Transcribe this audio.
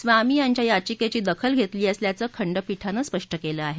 स्वामी यांच्या याचिकेची दखल घेतली असल्याचं खंडपीठानं स्पष्ट केलं आहे